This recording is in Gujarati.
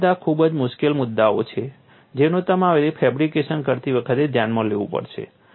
આ બધા ખૂબ જ મુશ્કેલ મુદ્દાઓ છે જેનો તમારે ફેબ્રિકેશન કરતી વખતે ધ્યાન લેવું પડશે